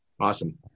Awesome